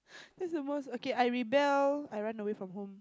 that's the most okay I rebel I run away from home